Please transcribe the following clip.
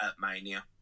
Mania